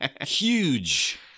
huge